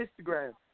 Instagram